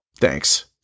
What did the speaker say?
Thanks